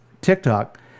TikTok